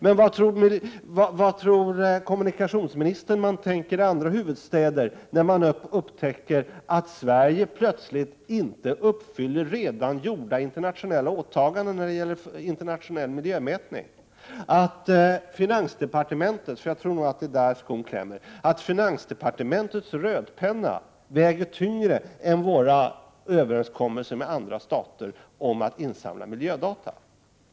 Men vad tror kommunikationsministern att man tänker i andra huvudstäder när man upptäcker att Sverige plötsligt inte uppfyller redan gjorda internationella åtaganden beträffande internationell sjömätning, dvs. att finansdepartementets — jag tror att det är där som skon klämmer — rödpenna väger tyngre än våra överenskommelser med andra stater om att vi skall insamla miljödata?